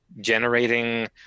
generating